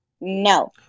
No